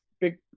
big